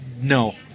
No